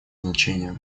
значение